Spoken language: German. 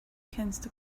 kennst